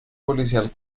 policial